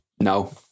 No